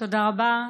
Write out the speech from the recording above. תודה רבה.